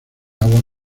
agua